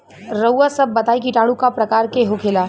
रउआ सभ बताई किटाणु क प्रकार के होखेला?